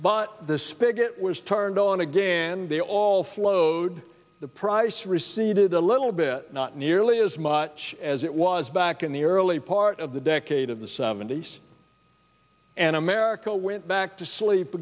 spigot was turned on again they all flowed the price receded a little bit not nearly as much as it was back in the early part of the decade of the seventy's and america went back to sleep